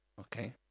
Okay